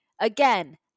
Again